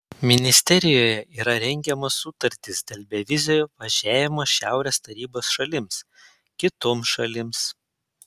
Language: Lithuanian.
ministerijoje yra rengiamos sutartys dėl bevizio važiavimo šiaurės tarybos šalims kitoms šalims